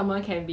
都是